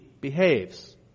behaves